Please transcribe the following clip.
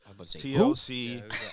TLC